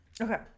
Okay